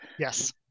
Yes